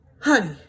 Honey